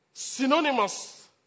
synonymous